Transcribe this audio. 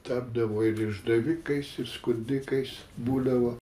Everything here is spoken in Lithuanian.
tapdavo ir išdavikais ir skundikais būdavo